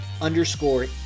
underscore